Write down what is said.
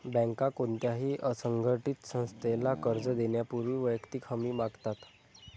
बँका कोणत्याही असंघटित संस्थेला कर्ज देण्यापूर्वी वैयक्तिक हमी मागतात